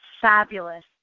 fabulous